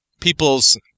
people's